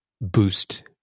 boost